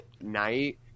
Night